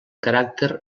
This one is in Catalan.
caràcter